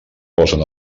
posen